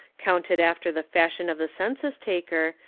counted after the fashion of the census taker,